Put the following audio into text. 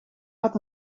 had